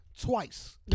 twice